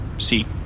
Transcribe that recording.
See